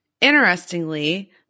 Interestingly